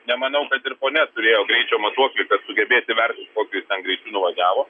nemanau kad ir ponia turėjo greičio matuoklį sugebėt įvertint kokiu greičiu nuvažiavo